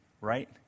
right